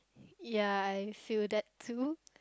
ya I feel that too